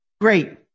great